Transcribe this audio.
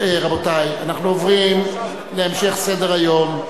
רבותי, אנחנו עוברים להמשך סדר-היום,